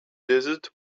desert